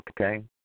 okay